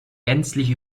gänzlich